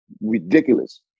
ridiculous